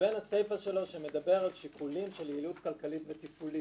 ובין הסיפה שלו שמדברת על שיקולים של יעילות כלכלית ותפעולית.